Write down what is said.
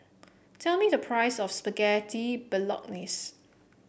tell me the price of Spaghetti Bolognese